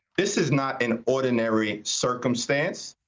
this is not an ordinary circumstance.